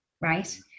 right